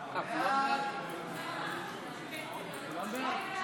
חוק הגנה על עובדים בשעת חירום (תיקון מס' 5 והוראת שעה,